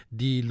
di